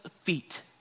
feet